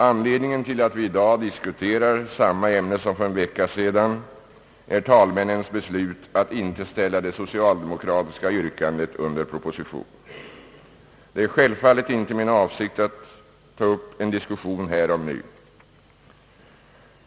Anledningen till att vi i dag diskuterar samma ämne som för en vecka sedan är talmännens beslut att inte ställa det socialdemokratiska yrkandet under proposition. Det är självfallet inte min avsikt att ta upp en diskussion härom nu.